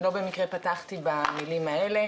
לא במקרה פתחתי במילים האלה,